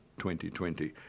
2020